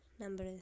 Number